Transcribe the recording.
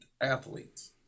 athletes